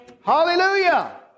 Hallelujah